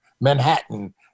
Manhattan